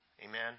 Amen